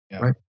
right